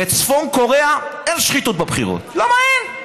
בצפון קוריאה אין שחיתות בבחירות, כי אין.